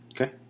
Okay